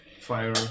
Fire